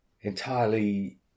entirely